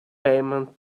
payment